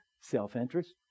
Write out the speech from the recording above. Self-interest